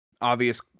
obvious